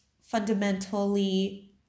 fundamentally